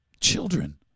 Children